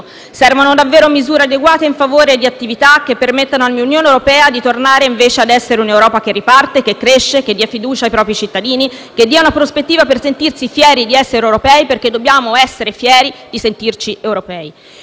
Servono davvero misure adeguate in favore di attività che permettano all'Unione europea di tornare invece ad essere un'Europa che riparte, che cresce, che dia fiducia ai propri cittadini e che dia una prospettiva per sentirsi fieri di essere europei, perché dobbiamo essere fieri di sentirci europei.